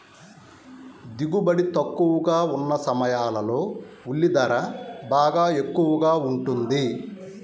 దిగుబడి తక్కువగా ఉన్న సమయాల్లో ఉల్లి ధర బాగా ఎక్కువగా ఉంటుంది